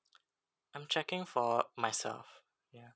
I'm checking for myself ya